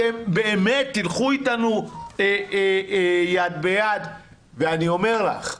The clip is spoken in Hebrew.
באמת תלכו איתנו יד ביד ואני אומר לך,